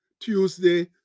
Tuesday